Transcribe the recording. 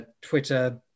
Twitter